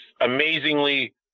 amazingly